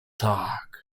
tak